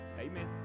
Amen